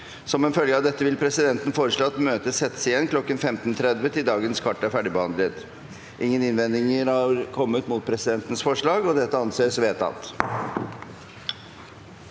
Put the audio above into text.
Som en følge av dette vil presidenten foreslå at møtet settes igjen kl. 15.30 og fortsetter til dagens kart er ferdigbehandlet. Ingen innvendinger er kommet mot presidentens forslag, og det anses vedtatt.